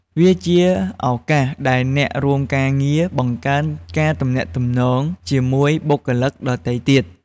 វាជាឱកាសដែលអ្នករួមការងារបង្កើនការទំនាក់ទំនងជាមួយបុគ្គលិកដទៃទៀត។